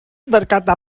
berkata